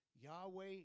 Yahweh